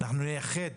אנחנו נייחד